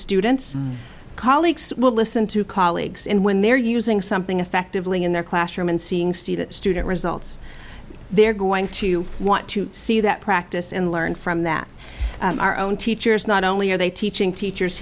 students colleagues will listen to colleagues and when they're using something effectively in their classroom and seeing student student results they're going to want to see that practice and learn from that our own teachers not only are they teaching teachers